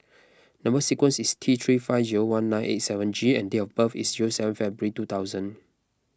Number Sequence is T three five one nine eight seven G and date of birth is seven February two thousand